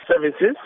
Services